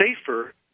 safer